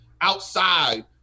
outside